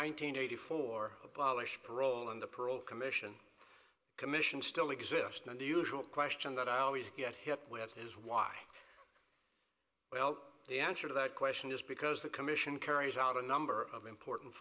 hundred eighty four abolished parole and the parole commission commissions still exist and the usual question that i always get hit with is why well the answer to that question is because the commission carries out a number of important